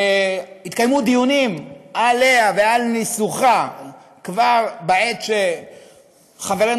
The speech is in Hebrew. התקיימו דיונים עליה ועל ניסוחה כבר בעת שחברנו